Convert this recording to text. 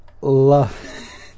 love